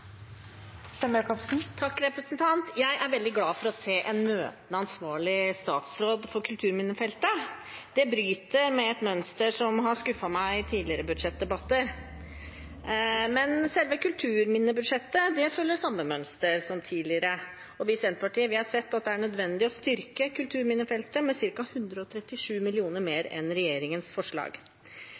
glad for å se en møtende ansvarlig statsråd på kulturminnefeltet. Det bryter med et mønster som har skuffet meg i tidligere budsjettdebatter. Men selve kulturminnebudsjettet følger samme mønster som tidligere, og vi i Senterpartiet har sett at det er nødvendig å styrke kulturminnefeltet med ca. 137 mill. kr mer enn regjeringens forslag.